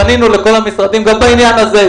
פנינו לכל המשרדים גם בעניין הזה.